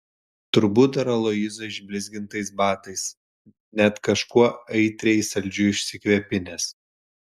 turbūt dar aloyzo išblizgintais batais net kažkuo aitriai saldžiu išsikvepinęs